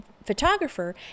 photographer